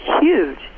huge